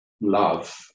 love